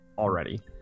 already